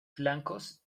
flancos